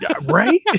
Right